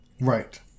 Right